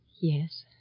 yes